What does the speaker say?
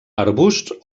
arbusts